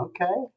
Okay